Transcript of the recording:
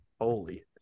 Holy